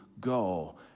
go